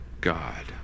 God